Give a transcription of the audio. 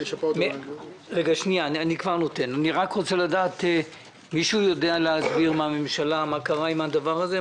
מישהו מהממשלה יודע להסביר מה קרה עם הדבר הזה?